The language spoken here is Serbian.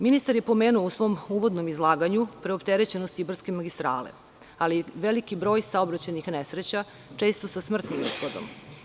Ministar je pomenuo u svom uvodnom izlaganju preopterećenosti Ibarske magistrale, ali i veliki broj saobraćajnih nesreća, često sa smrtnim ishodom.